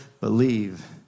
believe